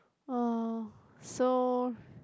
uh so